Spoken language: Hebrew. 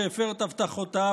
שהפר את הבטחותיו,